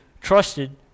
trusted